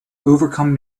overcome